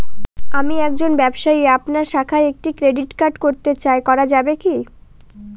আমি একজন ব্যবসায়ী আপনার শাখায় একটি ক্রেডিট কার্ড করতে চাই করা যাবে কি?